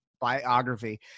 biography